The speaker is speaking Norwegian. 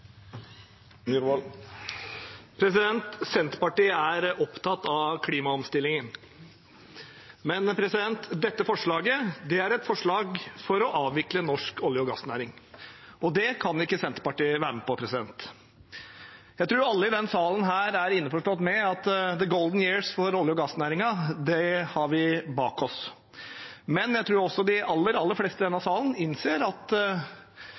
Senterpartiet er opptatt av klimaomstillingen. Men dette forslaget er et forslag for å avvikle norsk olje- og gassnæring, og det kan ikke Senterpartiet være med på. Jeg tror alle i denne salen er innforstått med at vi har «the golden years» for olje- og gassnæringen bak oss, men jeg tror også de aller, aller fleste i denne salen innser at